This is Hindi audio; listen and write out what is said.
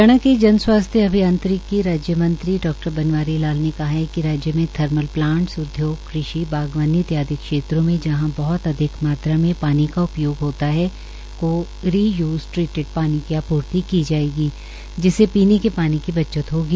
हरियाणा के जन स्वास्थ्य मंत्री डॉ बनवारी लाल ने कहा कि राज्य में थर्मल प्लांटस उद्योगों कृषि बागवानी इत्यादि क्षेत्रों में जहां बहत अधिक मात्रा में पानी का उपयोग होता है को रि यूज ट्रीटीड पानी की आपूर्ति की जायेगी जिससे पीने के पानी की बचत होगी